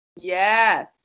Yes